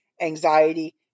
anxiety